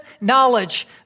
knowledge